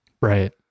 right